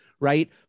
Right